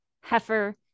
heifer